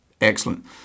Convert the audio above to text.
Excellent